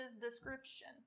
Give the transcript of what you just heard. description